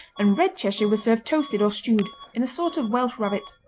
and red cheshire was served toasted or stewed in a sort of welsh rabbit.